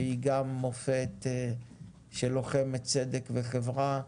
שהיא גם מופת של לוחמת צדק וחברה,